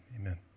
Amen